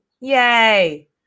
yay